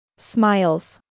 Smiles